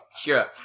sure